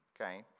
okay